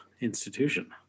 institution